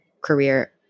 career